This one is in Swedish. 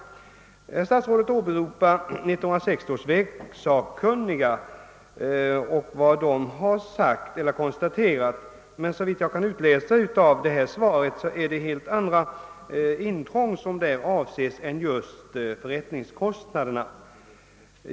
Herr statsrådet åberopar vad 1960 års vägsakkunniga har konstaterat, men såvitt jag kan utläsa av interpellationssvaret, så är det helt andra intrång som där avses än just förrättningskostnaderna.